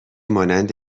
مانند